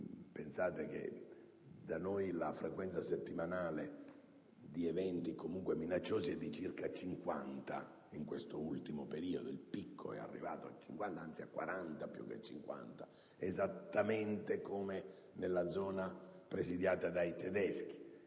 Pensate che da noi la frequenza settimanale di eventi comunque minacciosi è pari a circa 40 (proprio in questo ultimo periodo il picco è arrivato a 40, esattamente come nella zona presidiata dai tedeschi),